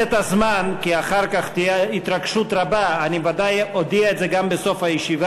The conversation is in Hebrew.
איפה חבר הכנסת יריב לוין?